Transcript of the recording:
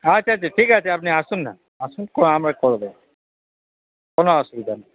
আচ্ছা আচ্ছা ঠিক আছে আপনি আসুন না আসুন আমরা করে দেব কোনো অসুবিধা নেই